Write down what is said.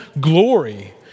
glory